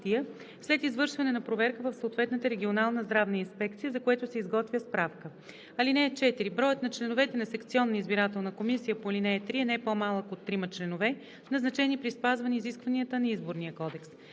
след извършване на проверка в съответната регионална здравна инспекция, за което се изготвя справка. (4) Броят на членовете на секционните избирателни комисии по ал. 3 е не по-малко от трима членове, назначени при спазване изискванията на Изборния кодекс.